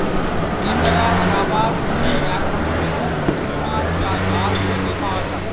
natural rubber হচ্ছে এক রকমের পলিমার যা গাছ থেকে পাওয়া যায়